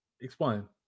Explain